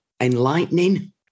enlightening